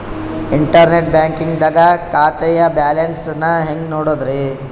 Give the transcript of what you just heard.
Internet banking ದಾಗ ಖಾತೆಯ balance ನ ಹೆಂಗ್ ನೋಡುದ್ರಿ?